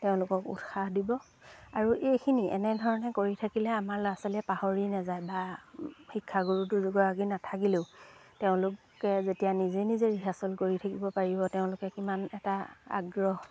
তেওঁলোকক উৎসাহ দিব আৰু এইখিনি এনেধৰণে কৰি থাকিলে আমাৰ ল'ৰা ছোৱালীয়ে পাহৰি নেযায় বা শিক্ষাগুৰু দুগৰাকী নাথাকিলেও তেওঁলোকে যেতিয়া নিজে নিজে ৰিহাৰ্চল কৰি থাকিব পাৰিব তেওঁলোকে কিমান এটা আগ্ৰহ